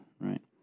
right